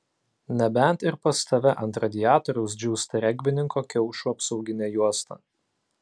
nebent ir pas tave ant radiatoriaus džiūsta regbininko kiaušų apsauginė juosta